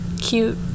cute